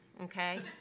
okay